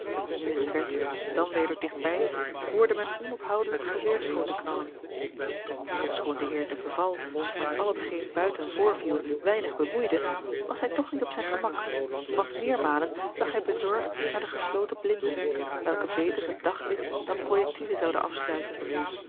nu in de verte dan weder digt bij hoorde men onophoudelijk geweerschoten knallen ofschoon de heer de beval zich met al hetgeen buiten voorviel weinig bemoeide was hij toch niet op zijn gemak want meermalen zag hij bezorgd naar de gesloten blinden welke beter het daglicht dan projectielen zouden afsluiten